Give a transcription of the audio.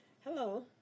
Hello